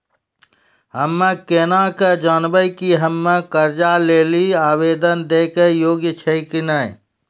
हम्मे केना के जानबै कि हम्मे कर्जा लै लेली आवेदन दै के योग्य छियै कि नै?